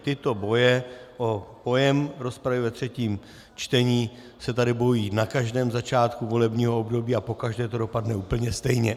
Tyto boje o pojem rozpravy ve třetím čtení se tady bojují na každém začátku volebního období a pokaždé to dopadne úplně stejně.